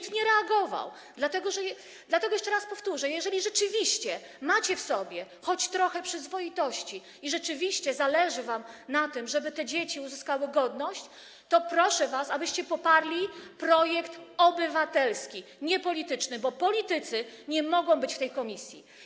Dlatego jeszcze raz powtórzę: jeżeli rzeczywiście macie w sobie choć trochę przyzwoitości i rzeczywiście zależy wam na tym, żeby te dzieci odzyskały godność, to proszę was, abyście poparli projekt obywatelski, nie polityczny, bo politycy nie mogą być w tej komisji.